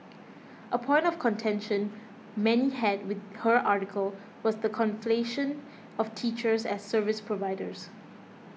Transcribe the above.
a point of contention many had with her article was the conflation of teachers as service providers